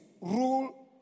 rule